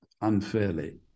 unfairly